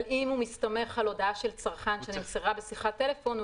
אבל אם הוא מסתמך על הודעה של צרכן שנמסרה בשיחת טלפון,